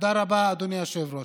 תודה רבה, אדוני היושב-ראש.